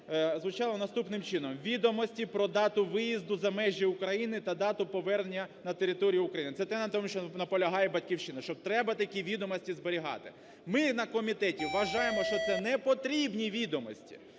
звучала наступний чином: "Відомості про дату виїзду за межі України та дату повернення на територію України", це те, на чому наполягає "Батьківщина", що треба такі відомості зберігати. Ми на комітеті вважаємо, що це непотрібні відомості.